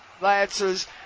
Lancers